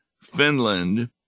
Finland